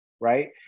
right